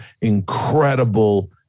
incredible